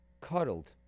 cuddled